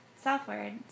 southward